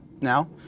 now